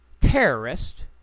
terrorist